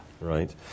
Right